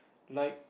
like